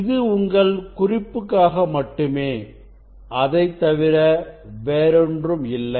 இது உங்கள் குறிப்புக்காக மட்டுமே அதைத் தவிர வேறொன்றும் இல்லை